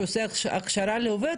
שעושה הכשרה לעובד,